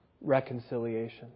reconciliation